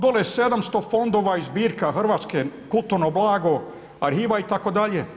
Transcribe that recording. Dole je 700 fondova i zbirka Hrvatske, kulturno blago, arhiva itd.